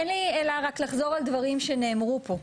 אין לי אלא רק לחזור על דברים שנאמרו פה.